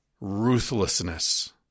ruthlessness